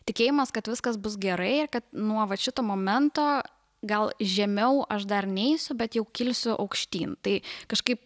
tikėjimas kad viskas bus gerai nuo vat šito momento gal žemiau aš dar neisiu bet jau kilsiu aukštyn tai kažkaip